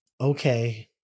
Okay